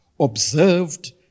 observed